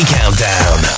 Countdown